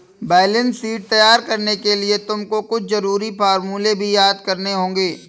balance sheet तैयार करने के लिए तुमको कुछ जरूरी फॉर्मूले भी याद करने होंगे